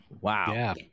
Wow